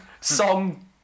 Song